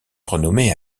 renommée